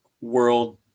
world